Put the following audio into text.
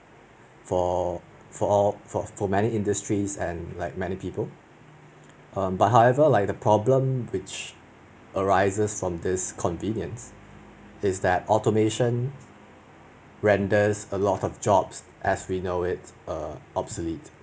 for for all for for many industries and like many people um but however like problem which arises from this convenience is that automation renders a lot of jobs as we know it err obsolete